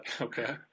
Okay